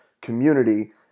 community